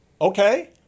Okay